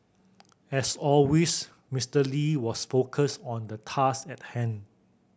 as always Mister Lee was focused on the task at hand